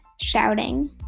shouting